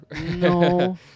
No